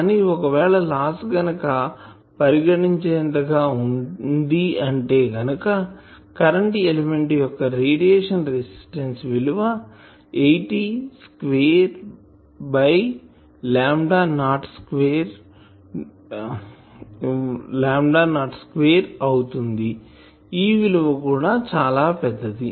కానీ ఒకవేళ లాస్ గనుక పరిగణించేంతగా వుంది అంటే గనుక కరెంటు ఎలిమెంట్ యొక్క రేడియేషన్ రెసిస్టెన్సు విలువ 80 పై square dl square by lambda naught square అవుతుంది ఈ విలువ కూడా చాలా పెద్దది